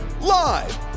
Live